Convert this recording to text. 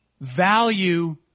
value